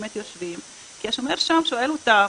באמת יושבים כי השומר שם שואל אותם: